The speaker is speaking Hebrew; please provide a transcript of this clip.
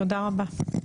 תודה רבה.